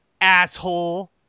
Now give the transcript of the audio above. asshole